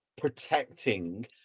protecting